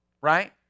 Right